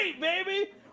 baby